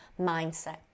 mindset